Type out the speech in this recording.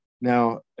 now